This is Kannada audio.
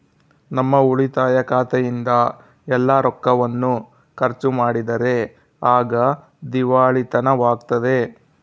ನಮ್ಮ ಉಳಿತಾಯ ಖಾತೆಯಿಂದ ಎಲ್ಲ ರೊಕ್ಕವನ್ನು ಖರ್ಚು ಮಾಡಿದರೆ ಆಗ ದಿವಾಳಿತನವಾಗ್ತತೆ